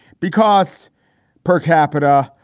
because per capita,